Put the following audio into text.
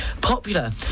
popular